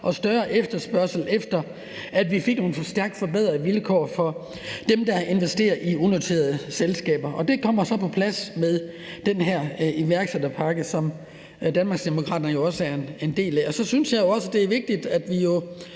og større efterspørgsel efter, at vi fik nogle stærkt forbedrede vilkår for dem, der har investeret i unoterede selskaber. Det kommer så på plads med den her iværksætterpakke, som Danmarksdemokraterne jo også er en del af. Så synes jeg jo også, det er vigtigt, at vi